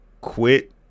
quit